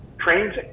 trains